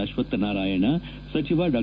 ಅಶ್ವತ್ಸನಾರಾಯಣ ಸಚಿವ ಡಾ